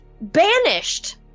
banished